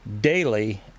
daily